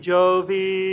Jovi